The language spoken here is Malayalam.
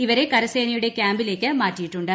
ഇവരെ കരസേനയുടെ ക്യാമ്പിലേക്ക് മാറ്റിയിട്ടുണ്ട്